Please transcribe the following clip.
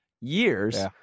years